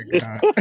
god